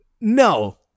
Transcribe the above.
no